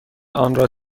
آنرا